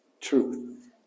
truth